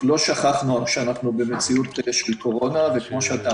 לא שכחנו שאנחנו במציאות של קורונה וכמו שאתה